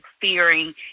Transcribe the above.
fearing